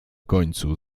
końcu